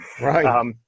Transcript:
Right